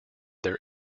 their